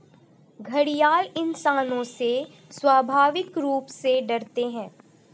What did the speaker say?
घड़ियाल इंसानों से स्वाभाविक रूप से डरते है